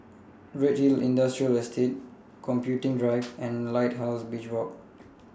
Redhill Industrial Estate Computing Drive and Lighthouse Beach Walk